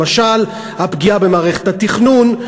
למשל הפגיעה במערכת התכנון,